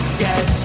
get